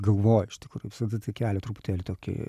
galvoja iš tikrųjų visada tai kelia truputėlį tokį